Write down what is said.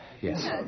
Yes